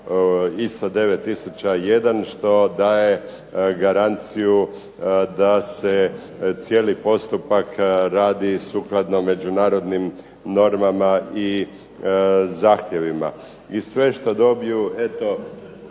ISO 9001 što daje garanciju da se cijeli postupak radi sukladno međunarodnim normama i zahtjevima i sve što dobiju eto